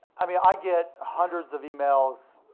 i mean i get hundreds of emails,